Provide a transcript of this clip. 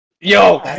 Yo